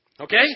Okay